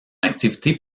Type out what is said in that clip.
activité